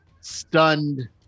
stunned